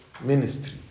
ministry